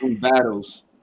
Battles